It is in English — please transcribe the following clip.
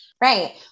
Right